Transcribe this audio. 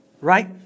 Right